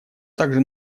также